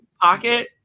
pocket